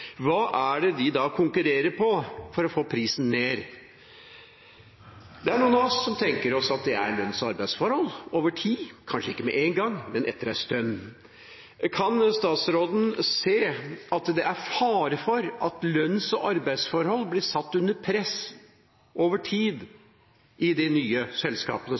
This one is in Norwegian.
Hva er det de da konkurrerer på for å få prisen ned? Det er noen av oss som tenker at det er lønns- og arbeidsforhold – over tid, kanskje ikke med én gang, men etter en stund. Kan statsråden se at det er fare for at lønns- og arbeidsforhold blir satt under press over tid i de nye selskapene